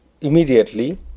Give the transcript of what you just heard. immediately